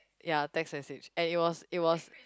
ya text message and it was it was